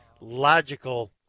logical